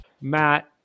Matt